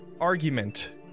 argument